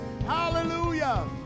hallelujah